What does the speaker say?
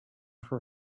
per